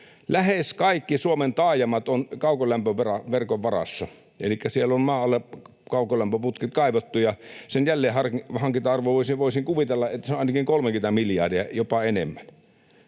Lähes kaikki Suomen taajamat ovat kaukolämpöverkon varassa, elikkä siellä on maan alle kaukolämpöputket kaivettu, ja voisin kuvitella, että sen jälleenhankinta-arvo on ainakin 30 miljardia, jopa enemmän.